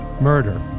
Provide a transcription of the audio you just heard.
Murder